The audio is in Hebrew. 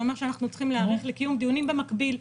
אומר שאנחנו צריכים להיערך לקיום דיונים במקביל.